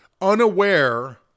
unaware